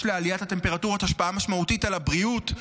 יש לעליית הטמפרטורות השפעה משמעותית על הבריאות,